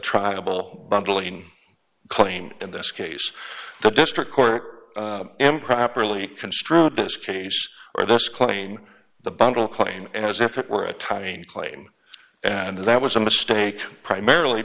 triable bundling claim in this case the district court improperly construed this case or those claim the bundle claimed as if it were a type a claim and that was a mistake primarily